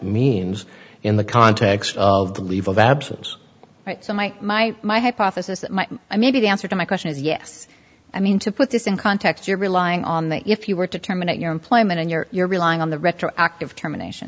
means in the context of the leave of absence right so my my my hypothesis i maybe the answer to my question is yes i mean to put this in context you're relying on the if you were to terminate your employment and you're you're relying on the retroactive termination